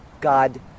God